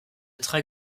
très